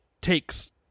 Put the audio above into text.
takes